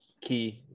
key